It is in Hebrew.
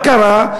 מה קרה?